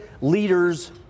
leaders